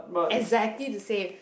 exactly the same